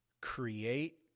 Create